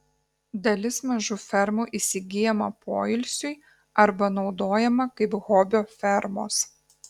dalis mažų fermų įsigyjama poilsiui arba naudojama kaip hobio fermos